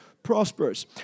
Prosperous